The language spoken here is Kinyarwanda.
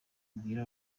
ubwira